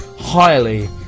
highly